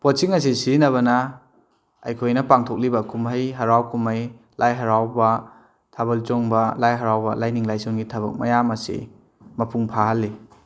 ꯄꯣꯠꯁꯤꯡ ꯑꯁꯤ ꯁꯤꯖꯤꯟꯅꯕꯅ ꯑꯩꯈꯣꯏꯅ ꯄꯥꯡꯊꯣꯛꯂꯤꯕ ꯀꯨꯝꯍꯩ ꯍꯥꯔꯥꯎ ꯀꯨꯝꯍꯩ ꯂꯥꯏ ꯍꯥꯔꯥꯎꯕ ꯊꯥꯕꯜ ꯆꯣꯡꯕ ꯂꯥꯏ ꯍꯥꯔꯥꯎꯕ ꯂꯥꯏꯅꯤꯡ ꯂꯥꯏꯁꯣꯟꯒꯤ ꯊꯕꯛ ꯃꯌꯥꯝ ꯑꯁꯤ ꯃꯄꯨꯡ ꯐꯥꯍꯜꯂꯤ